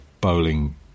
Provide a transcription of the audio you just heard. bowling